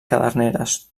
caderneres